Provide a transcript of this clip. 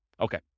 Okay